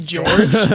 George